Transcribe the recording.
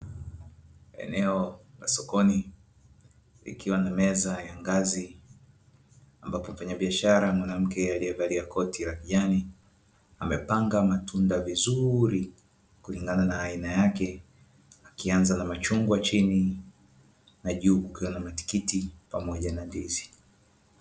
Eneo la sokoni likiwa na meza ya ngazi, ambapo mfanya biashara mwanamke aliyevalia koti la kijani amepanga matunda vizuri, kulingana na aina yake akianza na machungwa chini na juu kukiwa na matikiti pamoja na ndizi.